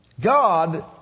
God